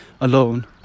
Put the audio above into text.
alone